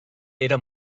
era